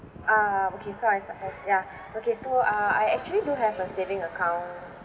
um okay so I start first ya okay so uh I actually do have a saving account